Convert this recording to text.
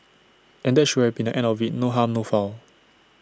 and that should have been the end of IT no harm no foul